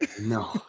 No